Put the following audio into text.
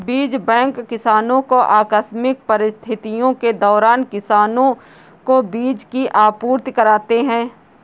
बीज बैंक किसानो को आकस्मिक परिस्थितियों के दौरान किसानो को बीज की आपूर्ति कराते है